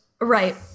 Right